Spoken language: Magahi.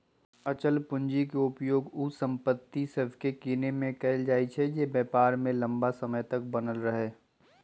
अचल पूंजी के उपयोग उ संपत्ति सभके किनेमें कएल जाइ छइ जे व्यापार में लम्मा समय तक बनल रहइ